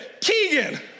Keegan